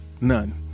none